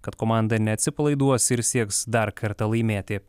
kad komanda neatsipalaiduos ir sieks dar kartą laimėti